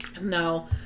No